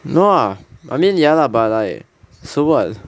no I mean ya lah but like so what